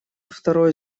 второй